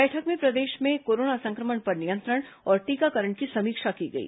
बैठक में प्रदेश में कोरोना संक्रमण पर नियंत्रण और टीकाकरण की समीक्षा की गई